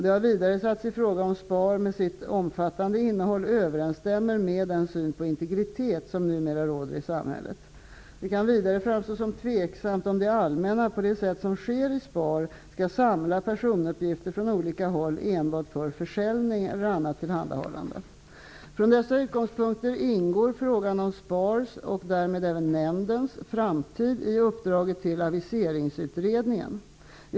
Det har vidare satts i fråga om SPAR med sitt omfattande innehåll överensstämmer med den syn på integritet som numera råder i samhället. Det kan vidare framstå som tveksamt om det allmänna på det sätt som sker i SPAR skall samla personuppgifter från olika håll enbart för försäljning eller annat tillhandahållande. Från dessa utgångspunkter ingår frågan om SPAR:s, och därmed även nämndens, framtid i uppdraget till aviseringsutredningen.